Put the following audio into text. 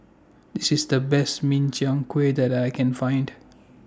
This IS The Best Min Chiang Kueh that I Can Find